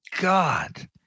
God